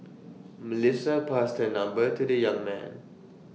Melissa passed her number to the young man